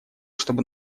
чтобы